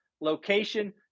Location